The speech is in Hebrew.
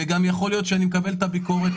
וגם יכול להיות שאני מקבל את הביקורת